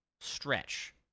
stretch